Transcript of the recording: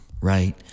right